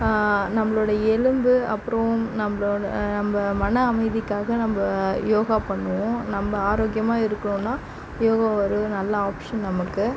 நம்பளோடய எலும்பு அப்றம் நம்பளோடய நம்ப மன அமைதிக்காக நம்ப யோகா பண்ணுவோம் நம்ப ஆரோக்கியமாக இருக்கணும்னால் யோகா ஒரு நல்ல ஆப்ஷன் நமக்கு